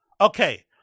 okay